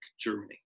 Germany